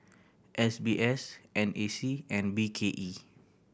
S B S N A C and B K E